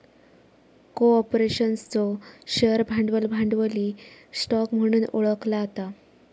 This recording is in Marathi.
कॉर्पोरेशनचो शेअर भांडवल, भांडवली स्टॉक म्हणून ओळखला जाता